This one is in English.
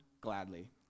gladly